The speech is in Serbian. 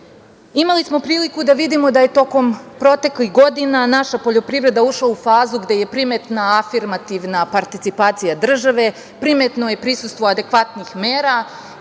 smo priliku da vidimo da je tokom proteklih godina naša poljoprivreda ušla u fazu gde je primetna afirmativna participacija države, primetno je prisustvo adekvatnih mera